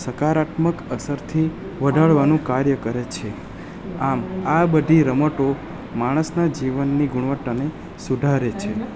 સકારાત્મક અસરથી વધારવાનું કાર્ય કરે છે આમ આ બધી રમતો માણસના જીવનની ગુણવત્તાને સુધારે છે